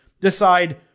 decide